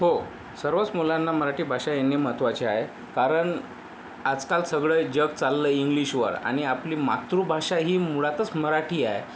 हो सर्वच मुलांना मराठी भाषा येणे महत्वाचे आहे कारण आजकाल सगळं जग चाललं आहे इंग्लिशवर आणि आपली मातृभाषा ही मुळातच मराठी आहे